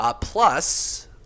Plus